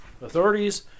Authorities